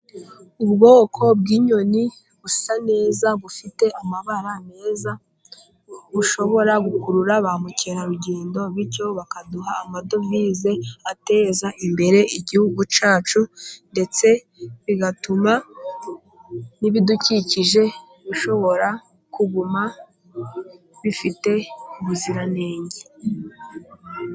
Ubwoko bw'inyoni busa neza ,bufite amabara meza, bushobora gukurura ba mukerarugendo, bityo bakaduha amadovize ateza imbere igihugu cyacu, ndetse bigatuma n'ibidukikije bishobora kuguma bifite ubuziranenge.